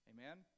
Amen